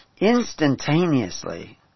Instantaneously